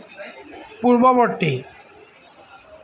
পূৰ্ববৰ্তী